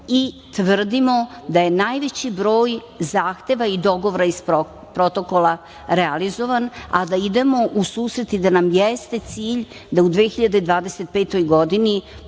i tvrdimo da je najveći broj zahteva i dogovora iz protokola realizovan, a da idemo u susret i da nam jeste cilj da u 2025. godini,